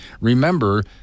Remember